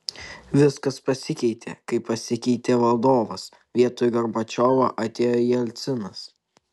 viskas pasikeitė kai pasikeitė vadovas vietoj gorbačiovo atėjo jelcinas